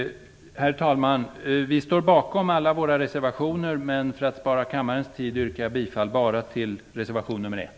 Herr talman! Vi står bakom alla våra reservationer, men för att spara kammarens tid yrkar jag bifall enbart till reservation nr 1.